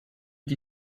die